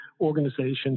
organizations